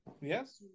Yes